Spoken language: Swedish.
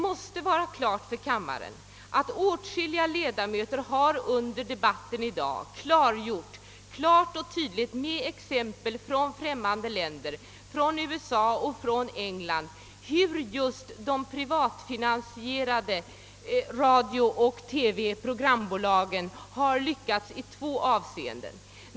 Men åtskilliga talare har under debatten i dag klart, tydligt och med exempel från bl.a. USA och England visat hur de privatfinansierade radiooch TV-bolagen har lyckats i två avseenden.